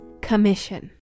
Commission